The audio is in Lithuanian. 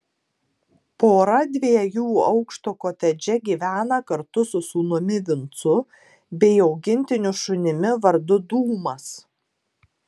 pora dviejų aukštų kotedže gyvena kartu su sūnumi vincu bei augintiniu šunimi vardu dūmas